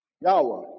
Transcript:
Yahweh